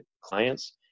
clients